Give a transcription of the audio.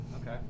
okay